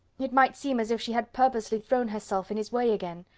it might seem as if she had purposely thrown herself in his way again!